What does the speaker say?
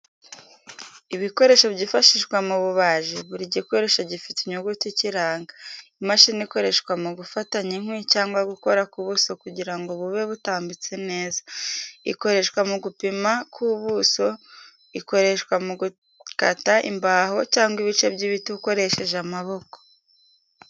Ibikoresho byifashishwa mu bubaji. Buri gikoresho gifite inyuguti ikiranga, imashini ikoreshwa mu gufatanya inkwi cyangwa gukora ku buso kugira ngo bube butambitse neza. Ikoreshwa mu gupima ko ubuso, ikoreshwa mu gukata imbaho cyangwa ibice by'ibiti ukoresheje amaboko.